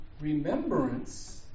remembrance